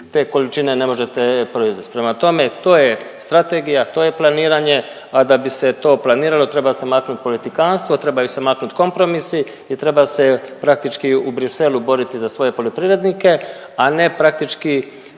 te količine ne možete proizvest. Prema tome, to je strategija, to je planiranje, a da bi se to planiralo treba se maknut politikanstvo, trebaju se maknut kompromisi i treba se praktički u Briselu boriti za svoje poljoprivrednike, a ne praktički